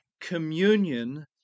communion